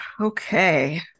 Okay